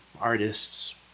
artists